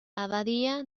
abadía